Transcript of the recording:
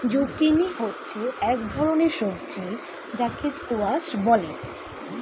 zucchini হচ্ছে এক ধরনের সবজি যাকে স্কোয়াশ বলে